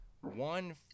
one